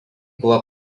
buvo